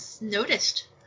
noticed